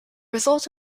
result